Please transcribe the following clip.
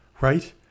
right